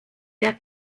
der